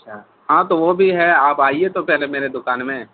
اچھا ہاں تو وہ بھی ہے آپ آئیے تو پہلے میرے دکان میں